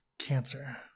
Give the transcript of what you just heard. cancer